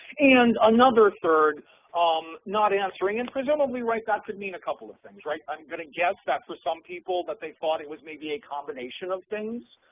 and another third um not answering, and presumably that could mean a couple of things. like i'm going to guess that for some people that they thought it was maybe a combination of things